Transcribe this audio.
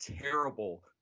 terrible